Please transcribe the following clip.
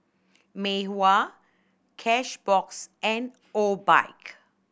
Mei Hua Cashbox and Obike